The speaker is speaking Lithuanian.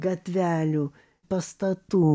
gatvelių pastatų